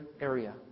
area